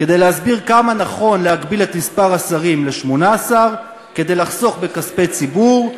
כדי להסביר כמה נכון להגביל את מספר השרים ל-18 כדי לחסוך בכספי ציבור,